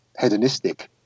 hedonistic